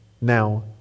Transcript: now